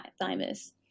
thymus